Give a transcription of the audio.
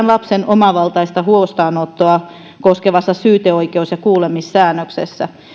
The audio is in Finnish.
lapsen omavaltaista huostaanottoa koskevaan syyteoikeus ja kuulemissäännökseen